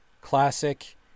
classic